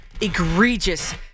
egregious